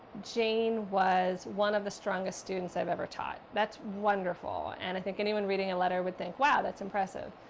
jane was one of the strongest students i've ever taught. that's wonderful. and i think anyone reading a letter would think, wow! that's impressive.